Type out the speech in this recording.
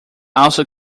also